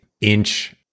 inch